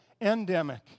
endemic